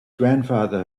grandfather